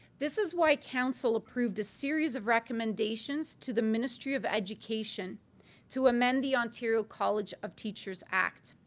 this is why council approved a series of recommendations to the ministry of education to amend the ontario college of teachers act.